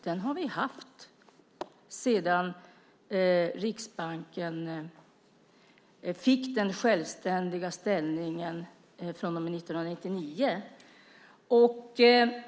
Den har vi haft sedan Riksbanken fick sin självständiga ställning 1999.